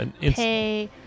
pay